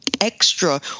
extra